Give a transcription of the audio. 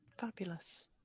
Fabulous